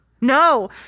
No